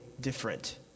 different